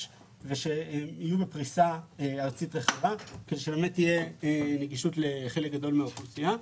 ושתהיה פריסה ארצית רחבה כדי שבאמת תהיה נגישות לחלק גדול מהאוכלוסייה.